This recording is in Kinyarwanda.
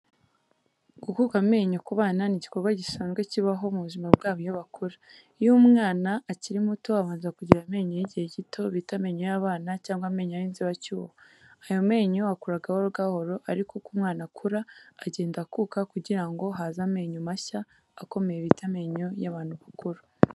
Gukuka amenyo ku bana ni igikorwa gisanzwe kibaho mu buzima bwabo iyo bakura. Iyo umwana akiri muto, abanza kugira amenyo y’igihe gito bita amenyo y’abana cyangwa amenyo y’inzibacyuho. Ayo menyo akura gahoro gahoro, ariko uko umwana akura, agenda akuka kugira ngo haze amenyo mashya akomeye bita amenyo y’abantu bakuru.